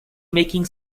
making